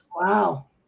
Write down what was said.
Wow